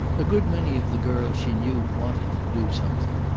a good many of the girls she knew wanted to do something,